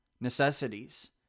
necessities